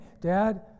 Dad